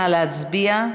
נא להצביע.